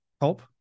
help